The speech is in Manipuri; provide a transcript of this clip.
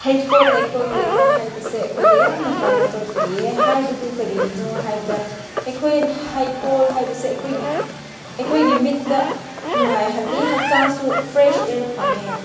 ꯍꯩꯀꯣꯜ ꯂꯩꯀꯣꯜ ꯂꯩꯕ ꯍꯥꯏꯕꯁꯦ ꯑꯩꯈꯣꯏꯗ ꯌꯥꯝꯅ ꯀꯥꯟꯅꯕ ꯄꯤꯌꯦ ꯍꯥꯏꯕꯗꯤ ꯀꯔꯤꯒꯤꯅꯣ ꯍꯥꯏꯕꯗ ꯑꯩꯈꯣꯏꯅ ꯍꯩꯀꯣꯜ ꯍꯥꯏꯕꯁꯦ ꯑꯩꯈꯣꯏꯒꯤ ꯑꯩꯈꯣꯏꯒꯤ ꯃꯤꯠꯇ ꯅꯨꯡꯉꯥꯏꯍꯜꯂꯤ ꯍꯛꯆꯥꯡꯁꯨ ꯐ꯭ꯔꯦꯁ ꯑꯦꯌꯔ ꯐꯪꯉꯦ